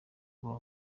ngo